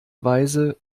weise